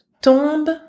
Tombe